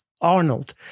Arnold